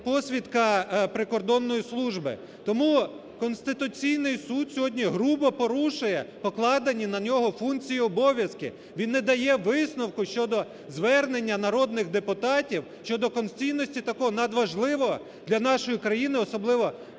посвідка прикордонної служби. Тому Конституційний Суд сьогодні грубо порушує покладені на нього функції і обов'язки. Він не дає висновку щодо звернення народних депутатів щодо конституційності такого надважливого для нашої країни, особливо